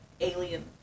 alien